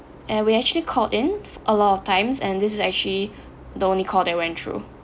and we actually called in a lot of times and this is actually the only call that went through